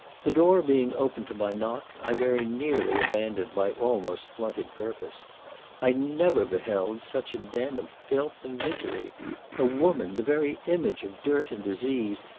the door being opened to my knock, i very nearly abandoned my almost blunted purpose i never beheld such a den of filth and misery a woman, the very image of dirt and disease,